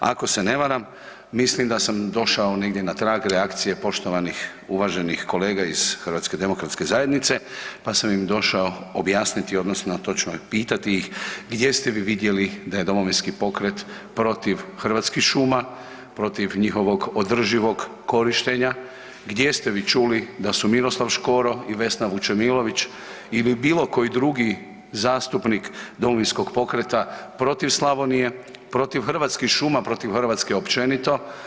Ako se ne varam mislim da sam došao negdje na trag reakcije poštovanih, uvaženih kolega iz HDZ-a pa sam im došao objasniti odnosno točno pitati ih gdje ste vi vidjeli da je Domovinski pokret protiv Hrvatskih šuma, protiv njihovog održivog korištenja, gdje ste vi čuli da su Miroslav Škoro i Vesna Vučemilović ili bilo koji drugi zastupnik Domovinskog pokreta protiv Slavonije, protiv Hrvatskih šuma, protiv Hrvatske općenito?